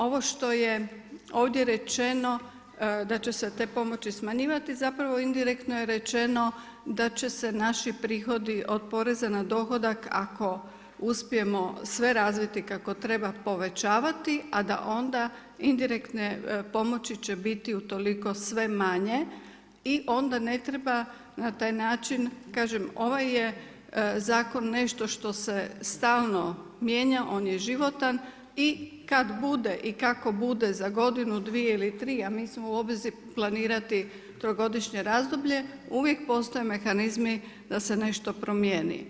Ovo što je ovdje rečeno da će se te pomoći smanjivati indirektno je rečeno da će se naši prihodi od poreza na dohodak ako uspijemo sve razviti kako treba povećavati, a da onda indirektne pomoći će biti utoliko sve manje i onda ne treba na taj način kažem ovaj je zakon nešto što se stalno mijenja, on je životan i kada bude i kako bude za godinu, dvije ili tri ja nisam u obvezi planirati trogodišnje razdoblje uvijek postoje mehanizmi da se nešto promijeni.